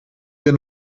wir